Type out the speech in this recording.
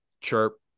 chirp